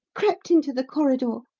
crept into the corridor,